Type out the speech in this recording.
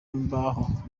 imbaho